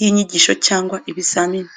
y’inyigisho cyangwa ibizamini.